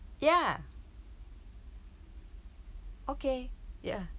ya okay ya